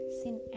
sin